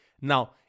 Now